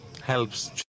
helps